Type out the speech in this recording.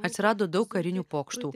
atsirado daug karinių pokštų